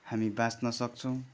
हामी बाच्न सक्छौँ